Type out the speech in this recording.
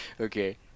okay